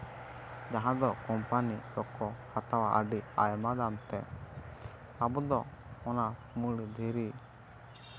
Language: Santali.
ᱡᱟᱦᱟᱸ ᱫᱚ ᱠᱳᱢᱯᱟᱱᱤ ᱠᱚᱠᱚ ᱦᱟᱛᱟᱣᱟ ᱟᱹᱰᱤ ᱟᱭᱢᱟ ᱫᱟᱢ ᱛᱮ ᱟᱵᱚ ᱫᱚ ᱚᱱᱟ ᱢᱩᱲ ᱫᱷᱤᱨᱤ